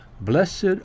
Blessed